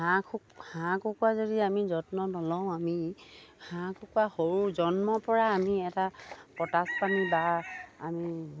হাঁহ হাঁহ কুকুৰা যদি আমি যত্ন নলওঁ আমি হাঁহ কুকুৰা সৰু জন্মৰ পৰা আমি